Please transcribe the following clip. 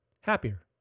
happier